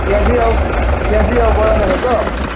ପିଆଜି ଆଉ ପିଆଜି ଆଉ ବରା ନେବେ ତ